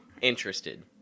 interested